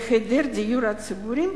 בהיעדר דיור ציבורי,